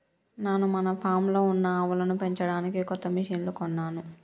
నాను మన ఫామ్లో ఉన్న ఆవులను పెంచడానికి కొత్త మిషిన్లు కొన్నాను